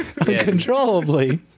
uncontrollably